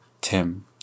Tim